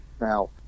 Now